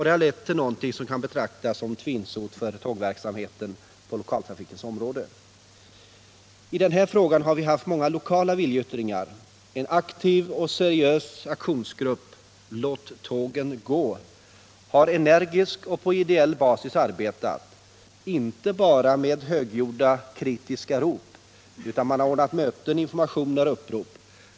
Det har lett till någonting som kan betraktas som en tvinsot för tågverksamheten inom lokaltrafiken. I den här frågan har vi ju kunnat notera många lokala viljeyttringar. En — Nr 63 aktiv och seriös aktionsgrupp, Låt tågen gå, har energiskt och på ideell basis Torsdagen den arbetat, inte bara med högljudda, kritiska rop, utan också ordnat möten, 19 januari 1978 informationer och upprop.